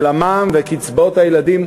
של המע"מ וקצבאות הילדים,